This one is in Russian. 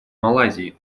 малайзии